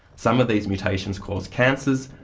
some of these mutations cause cancers,